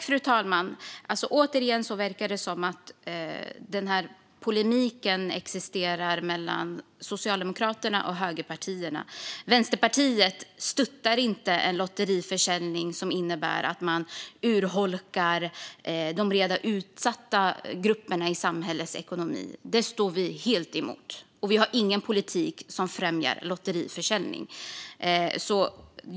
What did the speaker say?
Fru talman! Det verkar, återigen, som att denna polemik existerar mellan Socialdemokraterna och högerpartierna. Vänsterpartiet stöttar inte en lottförsäljning som innebär att man urholkar ekonomin för redan utsatta grupper i samhället. Det är vi helt emot, och vi har ingen politik som främjar lottförsäljning.